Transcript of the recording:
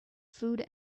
food